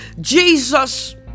Jesus